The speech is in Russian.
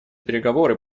переговоры